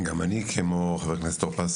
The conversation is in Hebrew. גם אני כמו חבר הכנסת טור פז,